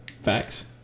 Facts